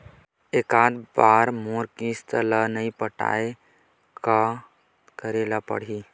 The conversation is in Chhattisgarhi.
एकात बार मोर किस्त ला नई पटाय का करे ला पड़ही?